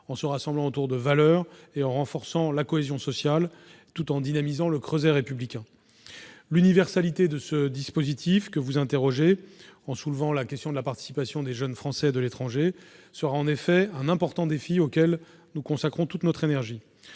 en se rassemblant autour de valeurs, renforcement de la cohésion sociale tout en dynamisant le creuset républicain. L'universalité de ce dispositif, que vous interrogez en soulevant la question de la participation des jeunes Français de l'étranger, sera en effet un important défi auquel nous consacrerons toute notre énergie.